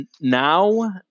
now